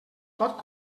pot